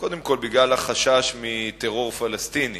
קודם כול בגלל החשש מטרור פלסטיני